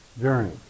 journey